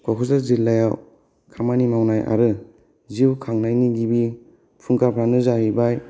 कक्राझार जिलायाव खामानि मावनाय आरो जिउ खांनायनि गिबि फुंखाफ्रानो जाहैबाय